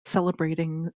celebrating